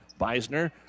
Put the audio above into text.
Beisner